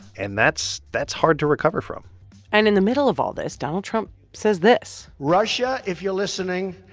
and that's that's hard to recover from and in the middle of all this, donald trump says this. russia, if you're listening,